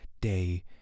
day